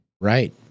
right